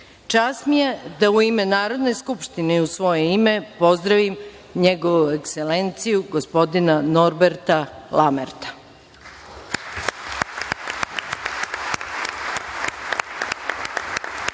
mi je da, u ime Narodne skupštine i u svoje ime, pozdravim NJegovu Ekselenciju gospodina Norberta Lamerta. Pored